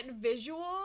visual